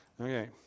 Okay